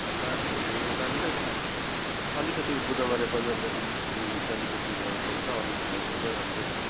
बाटोहरू राम्रै छ अलिकति बुधबारे बजारदेखि मुनि चाहिँ अलिकति गडबड छ अरू ठाउँमा सबै राम्रै छ